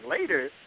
later